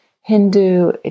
Hindu